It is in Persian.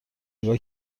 نگاه